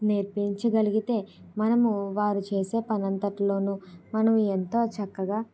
నేర్పించగలిగితే మనము వారు చేసే పనంతటి లోను మనము ఎంతో చక్కగా